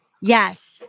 Yes